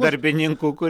darbininkų kur